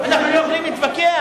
אנחנו לא יכולים להתווכח?